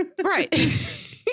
right